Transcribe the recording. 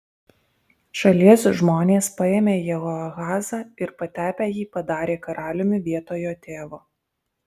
šalies žmonės paėmė jehoahazą ir patepę jį padarė karaliumi vietoj jo tėvo